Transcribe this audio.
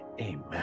amen